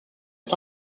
est